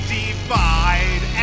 divide